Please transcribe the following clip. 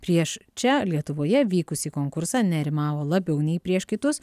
prieš čia lietuvoje vykusį konkursą nerimavo labiau nei prieš kitus